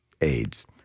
AIDS